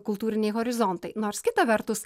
kultūriniai horizontai nors kita vertus